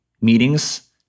meetings